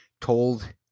told